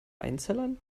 einzellern